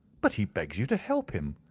but he begs you to help him.